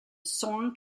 song